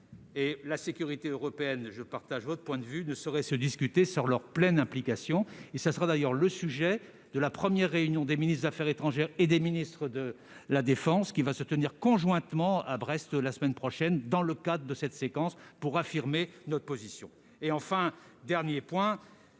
la sécurité européenne ne saurait se discuter sans leur pleine implication. Tel sera d'ailleurs le sujet des premières réunions des ministres des affaires étrangères et des ministres de la défense, qui vont se tenir conjointement à Brest la semaine prochaine, dans le cadre de cette séquence, pour affirmer notre position. Enfin, troisièmement,